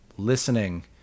Listening